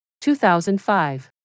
2005